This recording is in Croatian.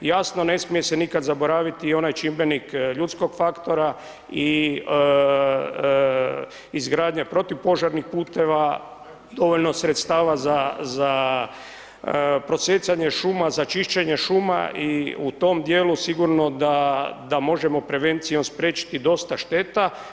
Jasno, ne smije se nikad zaboraviti i onaj čimbenik ljudskog faktora i izgradnja protupožarnih puteva, dovoljno sredstava za prosijecanje šuma, za čišćenje šuma i u tom dijelu sigurno da možemo prevencijom spriječiti dosta šteta.